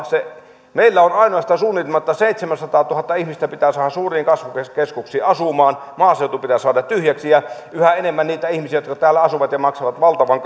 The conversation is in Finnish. meillä on ainoastaan suunnitelma että seitsemänsataatuhatta ihmistä pitää saada suuriin kasvukeskuksiin asumaan maaseutu pitää saada tyhjäksi ja yhä enemmän on niitä ihmisiä jotka täällä asuvat ja maksavat valtavan